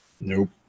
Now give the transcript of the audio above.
Nope